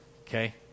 okay